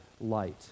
light